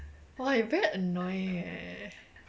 !wah! you very annoying eh